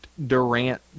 Durant